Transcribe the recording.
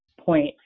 point